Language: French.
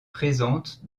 présente